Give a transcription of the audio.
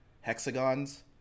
hexagons